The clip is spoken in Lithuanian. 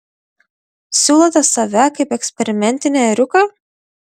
siūlote save kaip eksperimentinį ėriuką